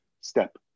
step